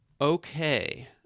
Okay